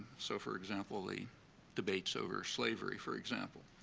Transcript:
so, for example, the debates over slavery, for example,